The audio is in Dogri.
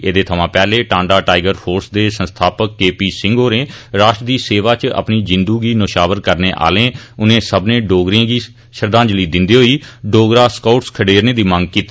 एहदे थमां पैहले टांडा टाइगर फोर्स दे संस्थापक के पी सिंह होरें राष्ट्र दी सेवा इच अपनी जिंदू गी नौशावर करने आहले उनें सब्बनै डोगरें गी श्रद्वांजलि दिंदे होई डोगरा स्काउटस खडेरने दी मंग कीती